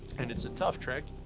and it's a tough trek.